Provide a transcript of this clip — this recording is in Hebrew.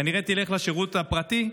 כנראה תלך לשירות הפרטי,